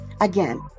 again